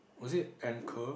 was it anchor